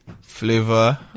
Flavor